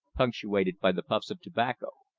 punctuated by the puffs of tobacco.